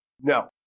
No